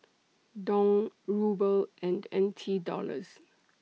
Dong Ruble and N T Dollars